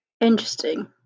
Interesting